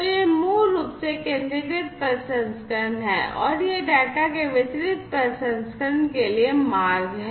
तो यह मूल रूप से केंद्रीकृत प्रसंस्करण है और यह डेटा के वितरित प्रसंस्करण के लिए मार्ग है